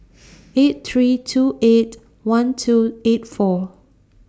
eight three two eight one two eight four